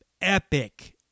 epic